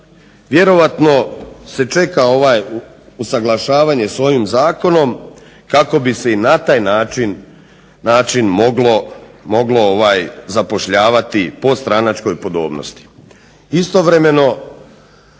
vjerojatno se čeka usuglašavanje s ovim zakonom kako bi se i na taj način moglo zapošljavati po stranačkoj podobnosti. Istovremeno